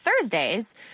Thursdays